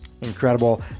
Incredible